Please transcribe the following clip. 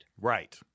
Right